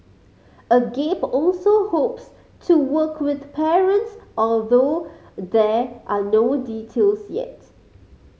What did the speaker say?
agape also hopes to work with parents although there are no details yet